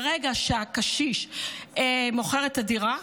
ברגע שהקשיש מוכר את הדירה,